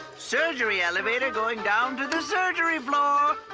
surgery elevator going down to the surgery floor!